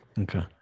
Okay